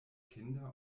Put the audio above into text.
kinder